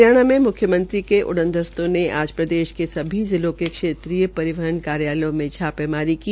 हरियाणा में म्ख्यमंत्री के उड़न दस्तों ने आज प्रदेश के सभी जिलों के क्षेत्रीय परिवहन कार्यालयों में छापेमारी की